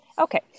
okay